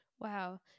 Wow